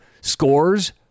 scores